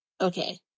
Okay